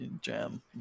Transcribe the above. jam